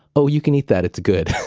oh, you can eat that it's good.